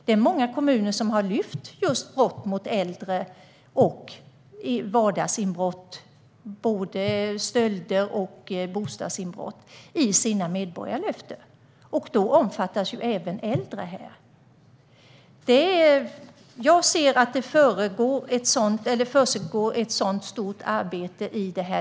Det är många kommuner som har lyft upp både brott mot äldre och vardagsbrott såsom stölder och bostadsinbrott i sina medborgarlöften. Då omfattas även äldre. Jag ser att det försiggår ett stort arbete när det gäller detta.